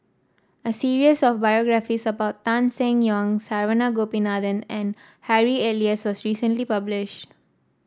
a series of biographies about Tan Seng Yong Saravanan Gopinathan and Harry Elias was recently published